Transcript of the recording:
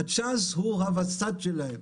הצ'אנס הוא הווסת שלהם.